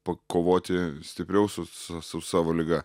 pakovoti stipriau su s su savo liga